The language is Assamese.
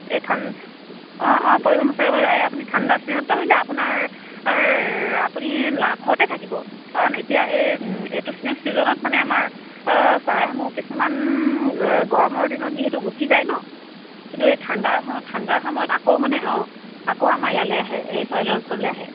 এই ঠাণ্ডা অঁ অঁ পৰিভ্ৰমী এই আপুনি ঠাণ্ডাৰ ছিজনততো আহিলে আপোনাৰ আপুনি লাভতে থাকিব কাৰণ এতিয়া এই এইটো ছিজনত মানে আমাৰ চৰাইসমূহ কিছুমান গৰমৰ দিনত যিহেতু গুচি যায় ন কিন্তু এই ঠাণ্ডাৰ ঠাণ্ডাৰ সময়ত আকৌ মানে অঁ আকৌ আমাৰ ইয়ালৈ আহে এই চৰাইদেউ অঞ্চললৈ আহে